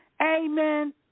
Amen